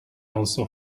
also